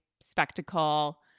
spectacle